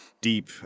deep